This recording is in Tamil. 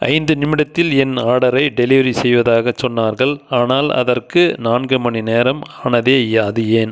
ஐந்து நிமிடத்தில் என் ஆர்டரை டெலிவெரி செய்வதாகச் சொன்னார்கள் ஆனால் அதற்கு நான்கு மணிநேரம் ஆனதே அது ஏன்